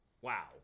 Wow